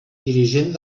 dirigent